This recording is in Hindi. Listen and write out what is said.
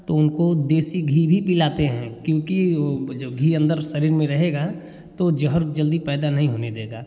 तो उनको देशी घी भी पिलाते हैं क्योंकि वो जब घी अन्दर शरीर में रहेगा तो जहर जल्दी पैदा नहीं होने देगा